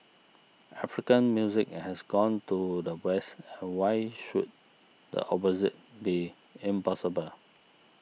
African music has gone to the West and why should the opposite be impossible